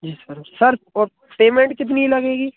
जी sir sir और payment कितनी लगेगी